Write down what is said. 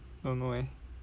don't know eh